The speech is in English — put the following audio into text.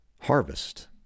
harvest